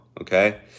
Okay